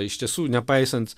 iš tiesų nepaisant